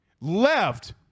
left